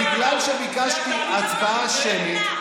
בגלל שביקשתי הצבעה שמית,